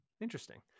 Interesting